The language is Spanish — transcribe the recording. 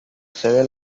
sede